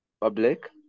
public